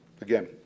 Again